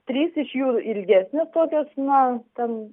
trys iš jų ilgesnės tokios na ten